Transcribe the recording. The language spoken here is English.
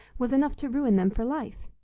was enough to ruin them for life.